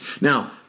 Now